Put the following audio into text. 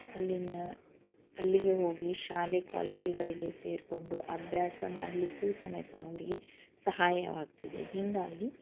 ಅಲ್ಲಿನ ಅಲ್ಲಿಗೆ ಹೋಗಿ ಶಾಲೆ ಕಾಲೇಜುಗಳಿಗೆ ಸೇರಿಕೊಂಡು ಅಭ್ಯಾಸ ಮಾಡಲಿಕ್ಕೂ ಸಮೇತ ಅವರಿಗೆ ಸಹಾಯವಾಗ್ತಿದೆ ಹೀಗಾಗಿ